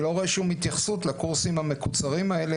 אני לא רואה שום התייחסות לקורסים המקוצרים האלה,